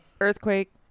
earthquake